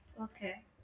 Okay